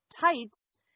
tights